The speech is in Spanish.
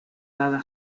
dada